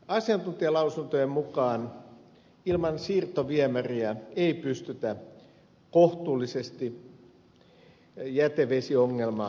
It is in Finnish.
asiantuntijalausuntojen mukaan ilman siirtoviemäriä ei pystytä kohtuullisesti jätevesiongelmaa ratkaisemaan